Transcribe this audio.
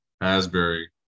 Asbury